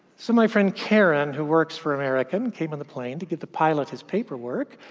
so, my friend karen, who works for american, came on the plane to give the pilot his paperwork.